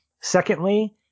secondly